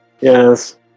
Yes